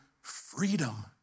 freedom